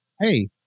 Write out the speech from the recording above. hey